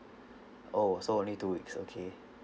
oh so only two weeks okay